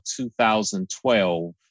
2012